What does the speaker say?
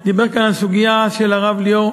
דיבר על סוגיה של הרב ליאור.